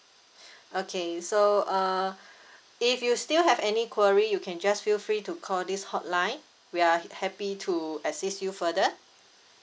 okay so uh if you still have any query you can just feel free to call this hotline we're happy to assist you further